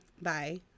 Bye